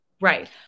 Right